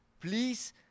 please